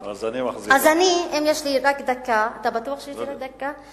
אם יש לי רק דקה, אתה בטוח שיש לי רק דקה?